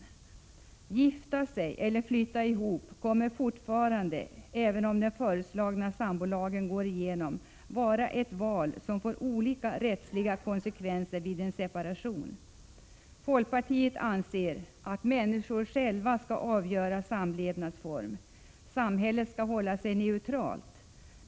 Att gifta sig eller att flytta ihop kommer fortfarande — även om den föreslagna sambolagen går igenom — att vara ett val som får olika rättsliga konsekvenser vid en separation. Folkpartiet anser att människor själva skall få avgöra sin samlevnadsform. Samhället skall hålla sig neutralt.